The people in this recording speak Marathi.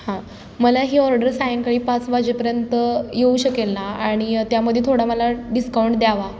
हां मला ही ऑर्डर सायंकाळी पाच वाजेपर्यंत येऊ शकेल ना आणि त्यामध्ये थोडा मला डिस्काउंट द्यावा